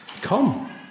Come